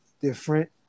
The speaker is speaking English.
Different